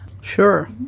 sure